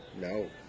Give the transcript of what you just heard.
no